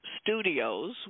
Studios